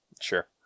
Sure